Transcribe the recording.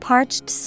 Parched